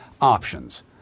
options